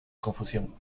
confusión